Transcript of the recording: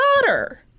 daughter